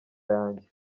yanjye